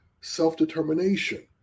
self-determination